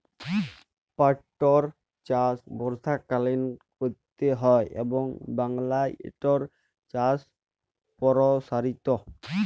পাটটর চাষ বর্ষাকালীন ক্যরতে হয় এবং বাংলায় ইটার চাষ পরসারিত